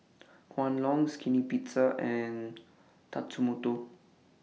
Kwan Loong Skinny Pizza and Tatsumoto